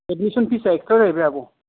admission फिसा extra जायैबाय आब'